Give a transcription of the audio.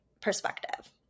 perspective